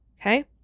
okay